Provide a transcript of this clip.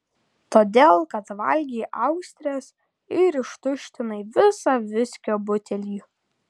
todėl kad valgei austres ir ištuštinai visą viskio butelį